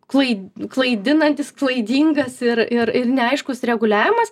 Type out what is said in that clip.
klai klaidinantis klaidingas ir ir ir neaiškus reguliavimas